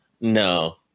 No